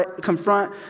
confront